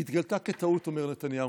התגלתה כטעות, אומר נתניהו.